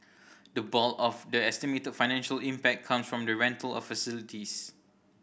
the bulk of the estimated financial impact come from the rental of facilities